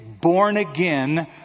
born-again